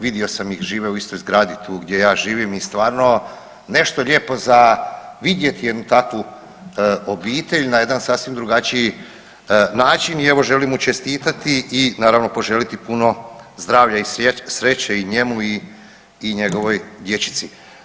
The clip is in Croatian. Vidio sam ih, žive u istoj zgradi tu gdje ja živim i stvarno nešto lijepo za vidjeti jednu takvu obitelj na jedan sasvim drugačiji način i evo želim mu čestitati i naravno poželjeti puno zdravlja i sreće i njemu i njegovoj dječici.